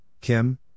Kim